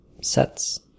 sets